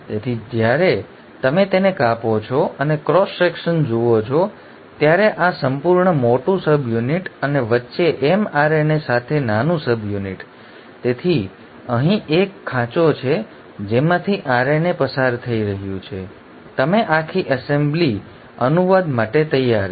તેથી જ્યારે તમે તેને કાપો છો અને ક્રોસ સેક્શન જુઓ છો જ્યારે આ સંપૂર્ણ મોટું સબયુનિટ અને વચ્ચે mRNA સાથે નાનું સબયુનિટ તેથી અહીં એક ખાંચો છે જેમાંથી RNA પસાર થઈ રહ્યું છે તમે આખી એસેમ્બલી અનુવાદ માટે તૈયાર છે